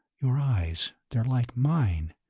your eyes they're like mine.